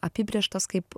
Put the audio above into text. apibrėžtas kaip